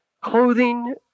clothing